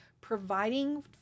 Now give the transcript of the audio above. providing